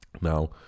now